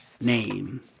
name